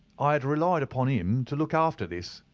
i had relied upon him to look after this.